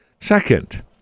Second